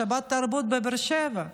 בשבתרבות בבאר שבע,